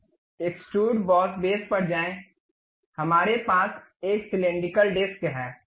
एक्सट्रुडे boss base पर जाए हमारे पास एक सिलिंड्रिकल डिस्क है